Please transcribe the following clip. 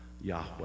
Yahweh